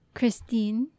Christine